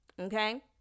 okay